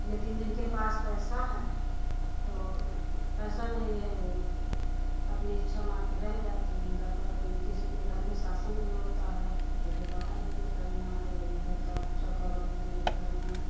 लेकिन जिनके पास पैसा है तो पैसा नहीं है वह अपनी इच्छा मारकर रह जाती हैं घर पर किसी के घर में शासन भी होता है कि घर के बाहर नहीं निकलना है यह इधर का चौका बर्तन यही करना है